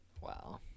wow